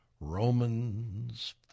Romans